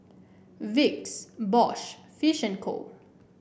Vicks Bosch Fish and Co